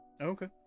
Okay